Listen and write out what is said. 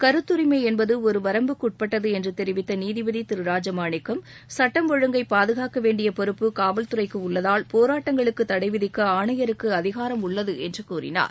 கருத்தரிமை என்பது ஒரு வரம்புக்குட்பட்டது என்று தெரிவித்த நீதிபதி திரு ராஜமாணிக்கம் சுட்டம் ஒழுங்கை பாதுகாக்க வேண்டிய பொறுப்பு காவல்துறைக்கு உள்ளதால் போராட்டங்களுக்கு தடை விதிக்க ஆணையருக்கு அதிகாரம் உள்ளது என்று கூறினார்